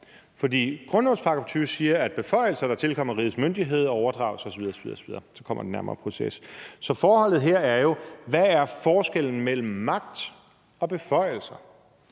grundlovens § 20 siger, at beføjelser, der tilkommer rigets myndigheder, overdrages osv. osv., og så kommer den nærmere proces. Så er forholdet her er jo: Hvad er forskellen mellem magt og beføjelser.